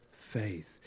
faith